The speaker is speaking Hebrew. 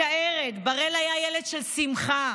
מתארת: בראל היה ילד של שמחה,